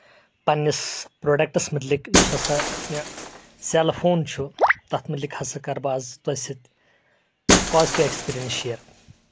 پَنٕنِس پروڈکٹس مُتعلِق یُس ہسا مےٚ سیٚلفون چھُ تَتھ مُتعلِق ہسا کرٕ بہٕ آز تُہۍ سۭتۍ پوزِٹو ایٚکسپِریٚنَس شیر